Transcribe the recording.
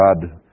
God